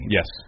Yes